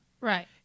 Right